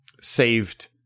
saved